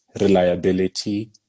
reliability